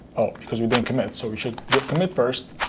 oh, because we didn't commit. so we should get commit first.